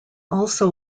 also